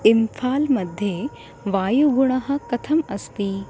इम्फ़ाल्मध्ये वायुगुणः कथम् अस्ति